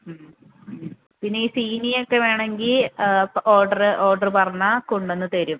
ഉം ഉം പിന്നെ ഈ സീനിയ ഒക്കെ വേണമെങ്കിൽ ഓർഡറ് ഓർഡറ് പറഞ്ഞാൽ കൊണ്ടുവന്ന് തരും